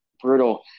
Brutal